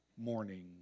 morning